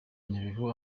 nyabihu